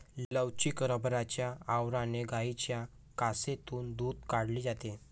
लवचिक रबराच्या आवरणाने गायींच्या कासेतून दूध काढले जाते